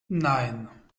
nein